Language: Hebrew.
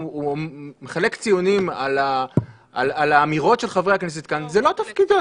מחלק ציונים לאמירות של חברי הכנסת כאן וזה לא תפקידו.